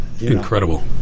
Incredible